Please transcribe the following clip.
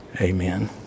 Amen